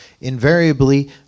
invariably